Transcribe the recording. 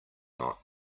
not